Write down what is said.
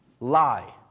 lie